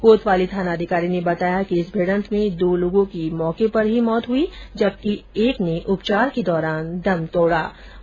कोतवाली थाना अधिकारी ने बताया कि इस भिड़ंत में दो लोगों की मौके पर ही मौत हो गई जबकि एक की उपचार के दौरान मौत हुई